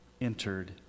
entered